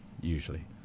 usually